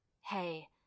Hey